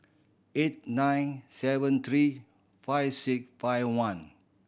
eight nine seven three five six five one